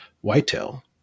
whitetail